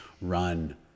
run